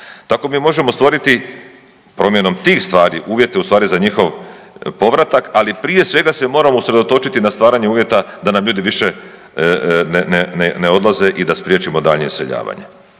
Tako mi možemo stvoriti promjenom tih stvari uvjete ustvari za njihov povratak, ali prije svega se moramo usredotočiti na stvaranje uvjeta da nam ljudi više ne odlaze i da spriječimo daljnje iseljavanje.